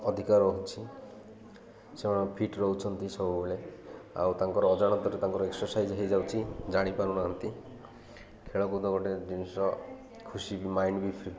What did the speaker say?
ଅଧିକା ରହୁଛି ସେମାନେ ଫିଟ୍ ରହୁଛନ୍ତି ସବୁବେଳେ ଆଉ ତାଙ୍କର ଅଜାଣତରେ ତାଙ୍କର ଏକ୍ସରସାଇଜ୍ ହେଇଯାଉଛିି ଜାଣିପାରୁନାହାନ୍ତି ଖେଳକୁଦ ଗୋଟେ ଜିନିଷ ଖୁସି ବି ମାଇଣ୍ଡ ବି